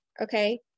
Okay